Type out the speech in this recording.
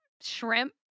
shrimp